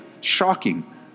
shocking